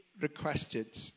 requested